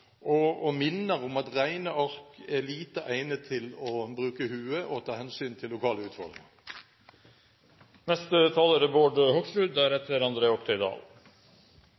og minner om at regneark er lite egnet når man skal bruke hodet og ta hensyn til lokale utfordringer.